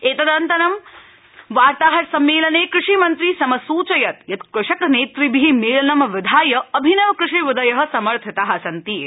एतदनन्तरं वार्ताहर सम्मेलने कृषि मन्त्री समसूचयत् यत् कृषक नेतृभि मेलनं विधाय अभिनव कृषिविधय समर्थिता सन्ति इति